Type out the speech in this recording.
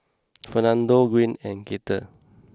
Fernando Gwyn and Gaither